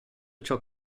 ciò